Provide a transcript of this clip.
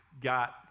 got